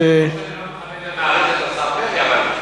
חושב, לא שאני לא מכבד ומעריך את השר פרי, אבל,